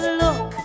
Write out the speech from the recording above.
look